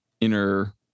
inner